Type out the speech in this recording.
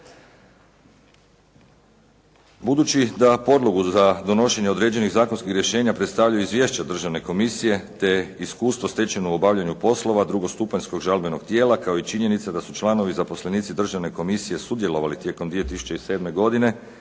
Budući da podlogu za donošenje određenih zakonskih rješenja predstavljaju Izvješća Državne komisije, te iskustvo stečeno u obavljanju poslova drugostupanjskog žalbenog tijela kao i činjenica da su članovi zaposlenici Državne komisije sudjelovali tijekom 2007. godine